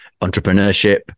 entrepreneurship